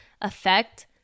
affect